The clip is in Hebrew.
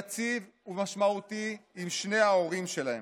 יציב ומשמעותי עם שני ההורים שלהם.